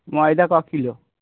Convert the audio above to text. ময়দা ক কিলো